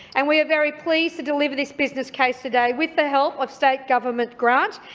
and we are very pleased to deliver this business case today with the help of state government grant,